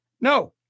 No